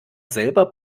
selber